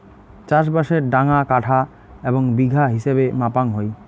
চাষবাসের ডাঙা কাঠা এবং বিঘা হিছাবে মাপাং হই